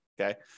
okay